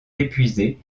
épuisées